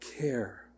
care